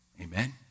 Amen